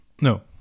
No